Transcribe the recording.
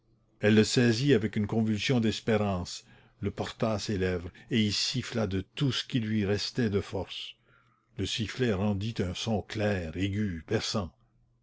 elle le saisit avec une convulsion d'espérance le porta à ses lèvres et y siffla de tout ce qui lui restait de force le sifflet rendit un son clair aigu